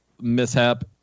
mishap